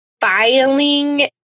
filing